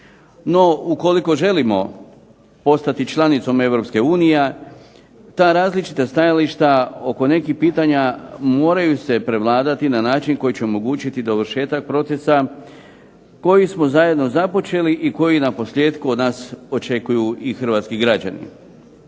No ukoliko želimo postati članicom Europske unije, ta različita stajališta oko nekih pitanja moraju se prevladati na način koji će omogućiti dovršetak procesa, koji smo zajedno započeli i koji naposljetku od nas očekuju i hrvatski građani.